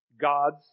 God's